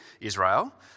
Israel